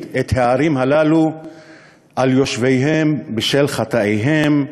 את הערים הללו על יושביהן בשל חטאיהם.